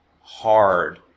hard